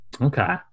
Okay